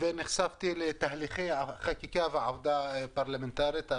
ונחשפתי לתהליכי החקיקה והעבודה הפרלמנטרית.